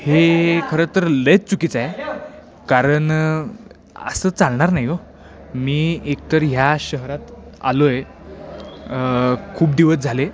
हे खरं तर लयच चुकीचं आहे कारण असं चालणार नाही हो मी एकतर ह्या शहरात आलो आहे खूप दिवस झाले